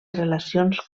relacions